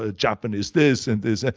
ah japanese this and this.